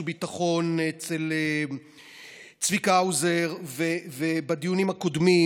וביטחון אצל צביקה האוזר ובדיונים הקודמים,